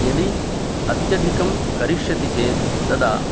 यदि अत्यधिकं करिष्यति चेत् तदा